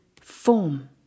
form